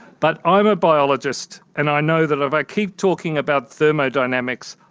but i'm a biologist and i know that if i keep talking about thermodynamics,